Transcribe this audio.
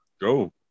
Go